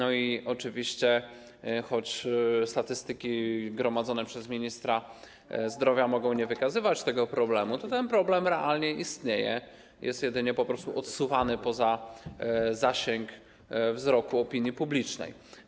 Oczywiście, choć statystyki gromadzone przez ministra zdrowia mogą nie wykazywać tego problemu, ten problem realnie istnieje, jest jedynie po prostu odsuwany poza zasięg wzroku opinii publicznej.